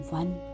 one